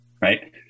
right